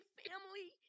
family